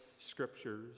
scriptures